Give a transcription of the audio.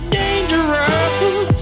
dangerous